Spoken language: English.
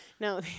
No